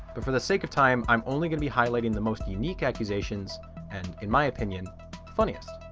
but for the sake of time i'm only gonna be highlighting the most unique accusations and in my opinion funniest.